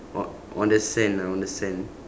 o~ on the sand ah on the sand